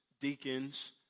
deacons